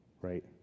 right